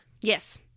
Yes